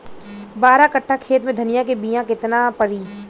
बारह कट्ठाखेत में धनिया के बीया केतना परी?